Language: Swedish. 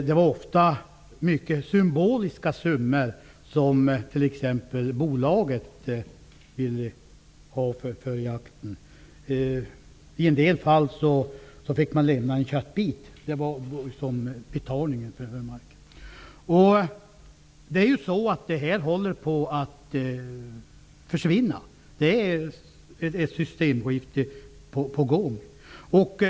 Det var ofta ganska symboliska summor som t.ex. bolaget ville ha för jakten. I en del fall fick man lämna en köttbit som betalning. Nu håller detta på att försvinna. Det är ett systemskifte på gång.